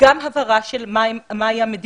גם הבהרה של מה היא המדיניות,